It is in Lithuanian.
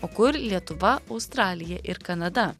o kur lietuva australija ir kanada